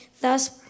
Thus